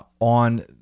on